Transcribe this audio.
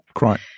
Right